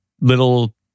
little